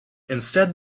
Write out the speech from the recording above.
instead